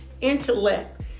intellect